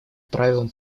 правилам